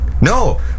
No